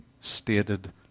stated